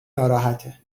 ناراحته